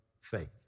faith